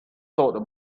thought